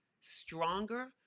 stronger